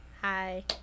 Hi